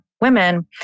women